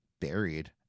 buried